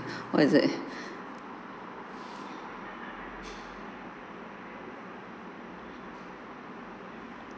what is that